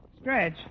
Stretch